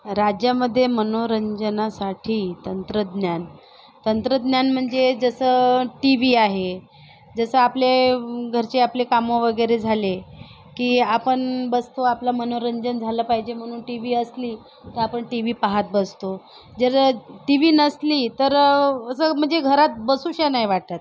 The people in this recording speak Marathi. राज्यामध्ये मनोरंजनासाठी तंत्रज्ञान तंत्रज्ञान म्हणजे जसं टी व्ही आहे जसं आपले घरचे आपले कामं वगैरे झाले की आपण बसतो आपलं मनोरंजन झालं पाहिजे म्हणून टी व्ही असली की आपण टी व्ही पाहत बसतो जर टी व्ही नसली तर असं म्हणजे घरात बसूशी नाही वाटत